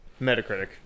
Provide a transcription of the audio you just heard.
Metacritic